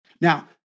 Now